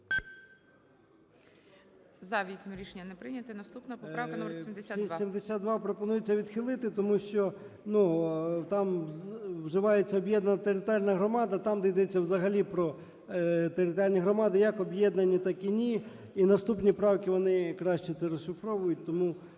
За-8 Рішення не прийнято. Наступна поправка номер 72. 17:13:36 ЧЕРНЕНКО О.М. Цю 72 пропонується відхилити, тому що там вживається "об'єднана територіальна громада" там, де йдеться взагалі про територіальні громади як об'єднані, так і ні. І наступні правки, вони краще це розшифровують.